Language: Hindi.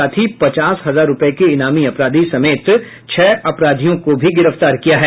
साथ ही पचास हजार रूपये के इनामी अपराधी समेत छह अपराधियों को भी गिरफ्तार किया है